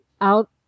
out